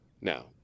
Now